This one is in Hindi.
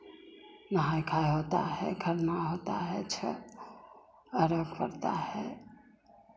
नहाय खाय होता है खरना होता है छठ अर्घ्य पड़ता है